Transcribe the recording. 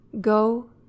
Go